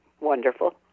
wonderful